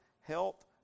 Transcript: health